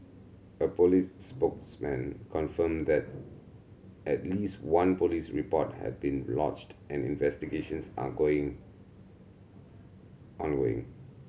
a police spokesman confirmed that at least one police report had been and investigations are going ongoing